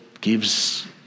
gives